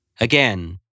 Again